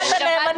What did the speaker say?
מזה.